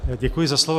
Děkuji za slovo.